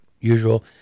usual